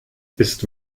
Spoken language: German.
ist